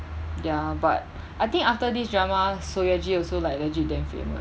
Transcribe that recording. ya but I think after this drama seo ye ji also like legit damn famous